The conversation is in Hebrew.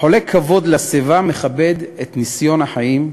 החולק כבוד לסביבה מכבד את ניסיון החיים,